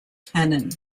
cannon